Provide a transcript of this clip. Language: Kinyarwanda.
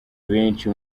benshi